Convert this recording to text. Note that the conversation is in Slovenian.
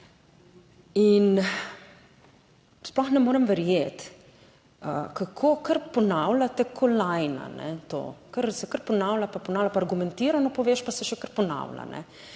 In sploh ne morem verjeti, kako kar ponavljate kot lajna, to, kar se kar ponavlja, pa ponavlja, argumentirano poveš, pa se še kar ponavlja,